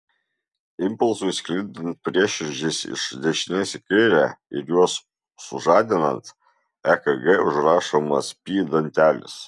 impulsui sklindant prieširdžiais iš dešinės į kairę ir juos sužadinant ekg užrašomas p dantelis